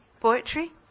Poetry